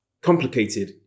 complicated